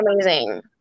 amazing